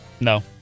no